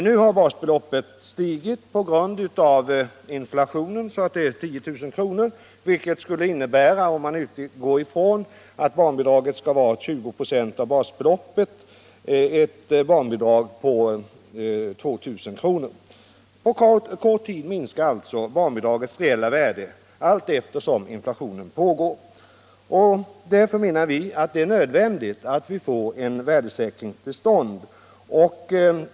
Nu har basbeloppet stigit till 10 000 kr., vilket skulle innebära - om man utgår från 20 96 av basbeloppet — att barnbidraget skulle utgå med 2 000 kr. På kort tid minskar alltså barnbidragets reella värde, allteftersom inflationen fortgår. Därför är det helt enkelt nödvändigt att få en värdesäkring till stånd.